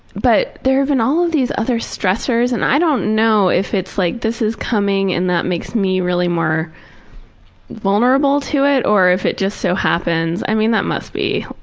but there have been all of these other stressors and i don't know if it's like this is coming and that makes me really more vulnerable to it, or if it just so happens. i mean it must be,